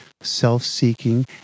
self-seeking